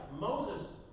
Moses